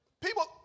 people